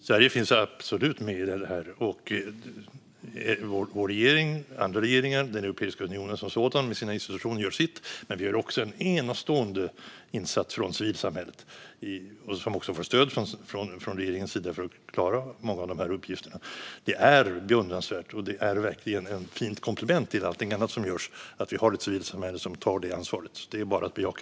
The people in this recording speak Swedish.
Fru talman! Sverige finns absolut med i detta. Vår regering, andra regeringar och Europeiska unionen som sådan med sina institutioner gör sitt. Men vi har också en enastående insats från civilsamhället, som också får stöd från regeringens sida för att klara många av de uppgifterna. Det är beundransvärt. Det är verkligen ett fint komplement till allting annat som görs att vi har ett civilsamhälle som tar det ansvaret. Det är bara att bejaka.